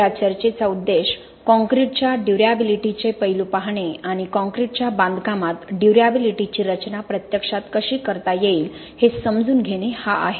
या चर्चेचा उद्देश काँक्रीटच्या ड्युर्याबिलिटीचे पैलू पाहणे आणि काँक्रीटच्या बांधकामात ड्युर्याबिलिटीची रचना प्रत्यक्षात कशी करता येईल हे समजून घेणे हा आहे